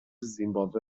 زیمباوه